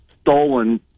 stolen